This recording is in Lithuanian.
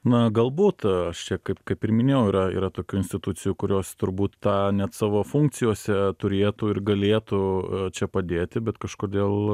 na galbūt aš čia kaip kaip ir minėjau yra yra tokių institucijų kurios turbūt tą net savo funkcijose turėtų ir galėtų čia padėti bet kažkodėl